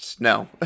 No